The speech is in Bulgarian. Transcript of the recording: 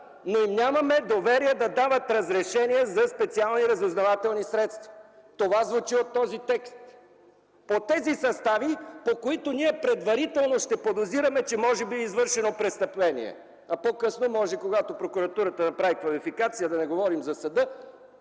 но им нямаме доверие да дават разрешение за специални разузнавателни средства?! Това звучи от този текст – по тези състави, по които ние предварително ще подозираме, че може би е извършено престъпление, а по-късно, когато прокуратурата направи квалификация, да не говорим за съда,